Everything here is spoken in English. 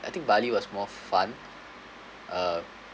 I think bali was more fun uh